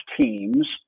teams